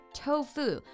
tofu